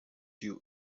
you